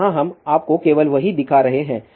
तो यहाँ हम आपको केवल वही दिखा रहे हैं